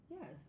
Yes